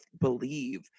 believe